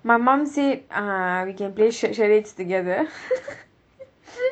my mum said uh we can play ch~ charades together